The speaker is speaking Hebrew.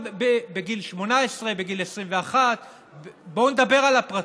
בגיל 18, בגיל 21. בואו נדבר על הפרטים,